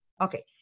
okay